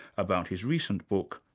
about his recent book,